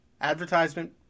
Advertisement